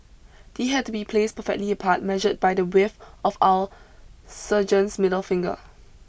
they had to be placed perfectly apart measured by the width of our sergeants middle finger